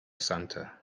santa